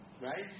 right